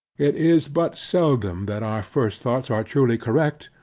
it is but seldom that our first thoughts are truly correct,